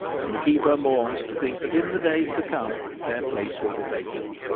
and the keeper mourns to think that in the days to come their place will be vacant.